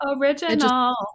Original